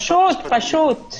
פשוט, פשוט.